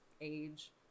age